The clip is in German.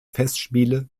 festspiele